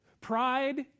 Pride